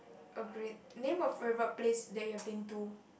a great name a favourite place that you have been to